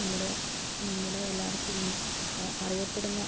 നമ്മുടെ നമ്മുടെ എല്ലാവർക്കും അറിയപ്പെടുന്ന